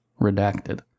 redacted